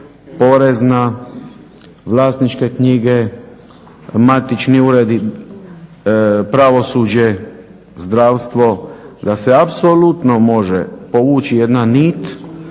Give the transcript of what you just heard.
porezna, vlasničke knjige, matični uredi, pravosuđe, zdravstvo. Da se apsolutno može povući jedna nit